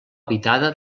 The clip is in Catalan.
habitada